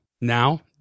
Now